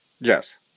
yes